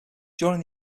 during